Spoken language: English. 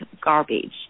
garbage